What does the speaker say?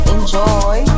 Enjoy